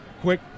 Quick